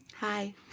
Hi